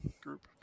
group